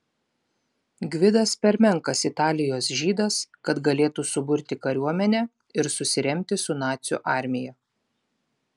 gvidas per menkas italijos žydas kad galėtų suburti kariuomenę ir susiremti su nacių armija